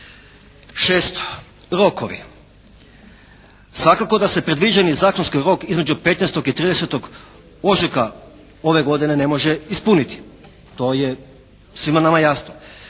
Šesto, rokovi. Svakako da se predviđeni zakonski rok između 15. i 30. ožujka ove godine ne može ispuniti, to je svima nama jasno